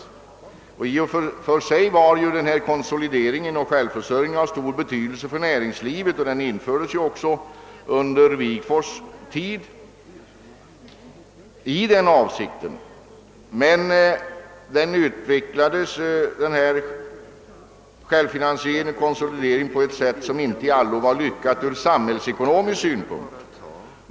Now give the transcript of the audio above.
I och för sig var denna konsolidering och självförsörjning ay stor.betydelse för näringslivet. Den infördes under Wigforss” tid just i denna avsikt, Självfinansieringen = och ; konsolideringen utvecklades emellertid på ett sätt som inte i allo var lyckat ur samhällsekonomisk synpunkt.